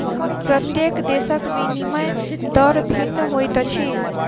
प्रत्येक देशक विनिमय दर भिन्न होइत अछि